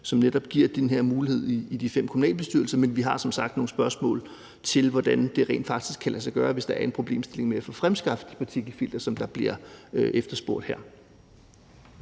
som netop giver den her mulighed i de fem kommunalbestyrelser, men vi har som sagt nogle spørgsmål til, hvordan det rent faktisk kan lade sig gøre, hvis der er en problemstilling i forhold til at få fremskaffet de partikelfiltre, som der bliver efterspurgt her.